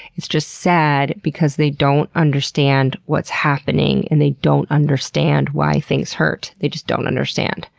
it's just sad, because they don't understand what's happening, and they don't understand why things hurt. they just don't understand.